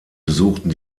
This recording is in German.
besuchten